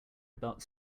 about